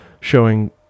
showing